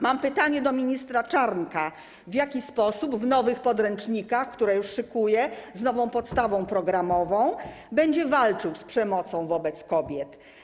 Mam pytanie do ministra Czarnka: W jaki sposób w nowych podręcznikach, które już szykuje, z nową podstawą programową, będzie walczył z przemocą wobec kobiet?